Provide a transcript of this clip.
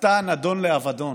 אתה נידון לאבדון,